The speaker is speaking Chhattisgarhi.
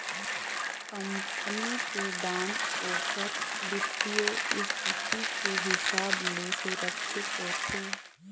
कंपनी के बांड ओखर बित्तीय इस्थिति के हिसाब ले सुरक्छित होथे